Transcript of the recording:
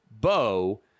Bo